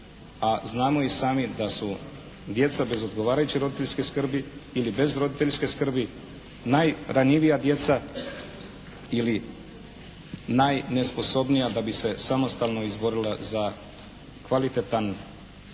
znamo i sami da su djeca bez odgovarajuće roditeljske skrbi ili bez roditeljske skrbi najranjivija djeca ili najnesposobnija da bi se samostalno izborila za kvalitetan, a